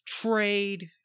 trade